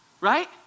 right